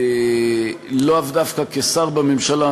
לאו דווקא כשר בממשלה,